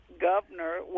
governor